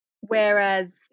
whereas